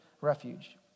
refuge